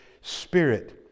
Spirit